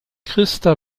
christa